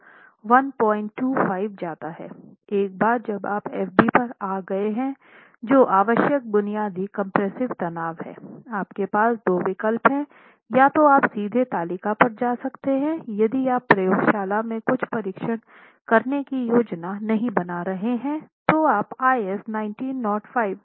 एक बार जब आप fb पर आ गए हैं जो आवश्यक बुनियादी कम्प्रेस्सिव तनाव हैं आपके पास दो विकल्प हैं या तो आप सीधे तालिका पर जा सकते हैं यदि आप प्रयोगशाला में कुछ परीक्षण करने की योजना नहीं बना रहे हैं तो आप कोड IS 1905 तालिका 8 पर जा सकते हैं